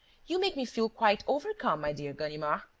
you make me feel quite overcome, my dear ganimard.